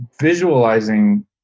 visualizing